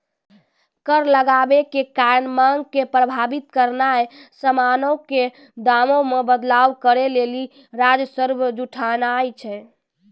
कर लगाबै के कारण मांग के प्रभावित करनाय समानो के दामो मे बदलाव करै लेली राजस्व जुटानाय छै